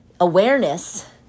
awareness